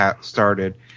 started